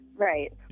Right